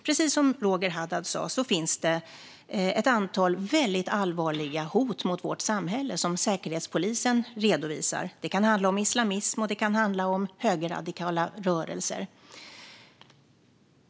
Precis som Roger Haddad sa finns det ett antal väldigt allvarliga hot mot vårt samhälle som Säkerhetspolisen redovisar. Det kan handla om islamism, och det kan handla om högerradikala rörelser.